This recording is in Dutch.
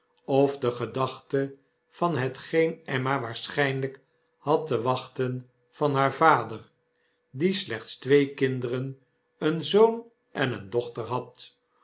of de gedachte van hetgeen emma waarschijnlijk hadtewachten van haar vader die slechts twee kinderen een zoon en eene dochter had